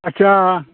आच्चा